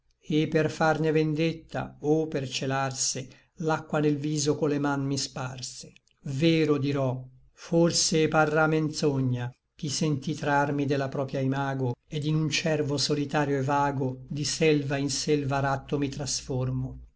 et per farne vendetta o per celarse l'acqua nel viso co le man mi sparse vero dirò forse e parrà menzogna ch'i sentí trarmi de la propria imago et in un cervo solitario et vago di selva in selva ratto mi trasformo